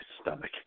stomach